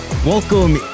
Welcome